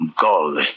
Gold